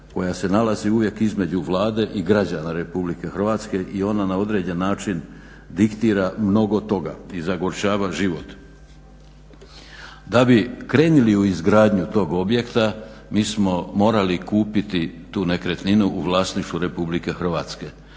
koja se nalazi uvijek između Vlade i građana Republike Hrvatske i ona na određen način diktira mnogo toga i zagorčava život. Da bi krenuli u izgradnju tog objekta mi smo morali kupiti tu nekretninu u vlasništvu Republike Hrvatske,